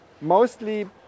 mostly